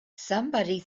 somebody